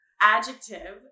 Adjective